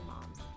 moms